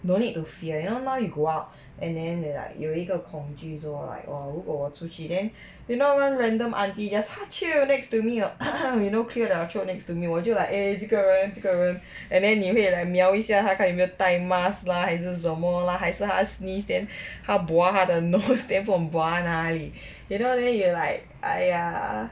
no need to fear you know now you go out and then they like 有一个恐惧说 like !wah! 如果我出去 then you know one random aunty just ha choo next to me or you know clear their throat next to me 我就 like eh 这个人这个人 and then 你会 like 眇一下他看有没有带 mask lah 还是什么 lah 还是他 sneeze 先他 buah 他的 nose 先 then 不懂 buah 哪里 then you know you like !aiya!